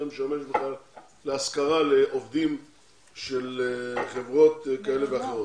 זה משמש להשכרה לעובדים של חברות כאלה ואחרות.